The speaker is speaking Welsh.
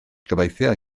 gobeithio